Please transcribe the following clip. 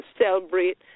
celebrate